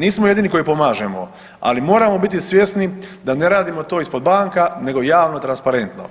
Nismo jedini koji pomažemo, ali moramo biti svjesni da ne radimo to ispod banka nego javno i transparentno